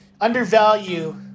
undervalue